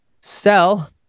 sell